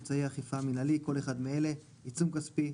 "אמצעי אכיפה מינהלי" כל אחד מאלה: עיצום כספי.